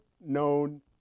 known